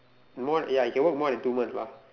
more ya you can work more than two months lah